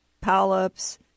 polyps